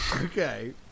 Okay